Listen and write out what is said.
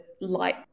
light